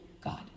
god